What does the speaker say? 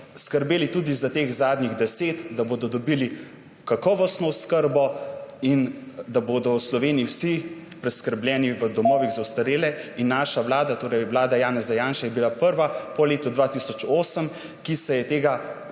skrbeli tudi za teh zadnjih 10, da bodo dobili kakovostno oskrbo in da bodo v Sloveniji vsi preskrbljeni v domovih za ostarele. Naša vlada, vlada Janeza Janše je bila prva po letu 2008, ki se je tega